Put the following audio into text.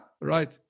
Right